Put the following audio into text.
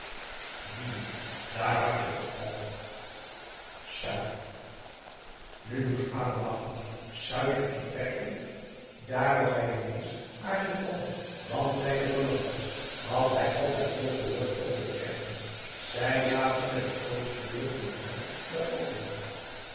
hm daar had-je t al suiker nu moest adam lachen suiker in perken daar was hij ineens à cheval want bij de verlande's had hij altijd veel gehoord over de perken zij zaten met het grootste deel van hun geld daar ook in